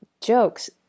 jokes